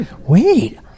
Wait